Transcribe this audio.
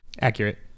Accurate